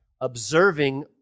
Observing